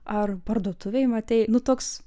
ar parduotuvėj matei nu toks